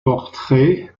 portraits